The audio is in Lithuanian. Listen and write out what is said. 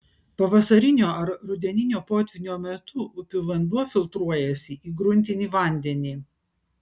pavasarinio ar rudeninio potvynio metu upių vanduo filtruojasi į gruntinį vandenį